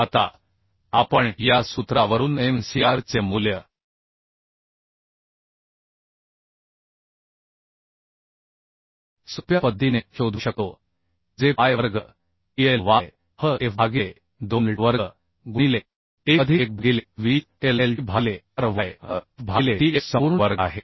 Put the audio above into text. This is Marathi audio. आता आपण या सूत्रावरूनmcr चे मूल्य सोप्या पद्धतीने शोधू शकतो जे पाय वर्ग EI y h f भागिले 2 Lt वर्ग गुणिले 1 अधिक 1 भागिले 20 LLt भागिले Ryhf भागिले tf संपूर्ण वर्ग आहे